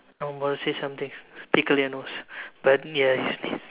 I'm gonna say somethings tickle your nose but ya you sneezed